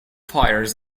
fires